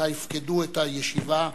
שבוודאי יפקדו את הישיבה.